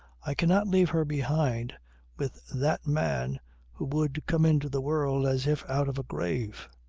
i cannot leave her behind with that man who would come into the world as if out of a grave.